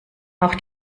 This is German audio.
auch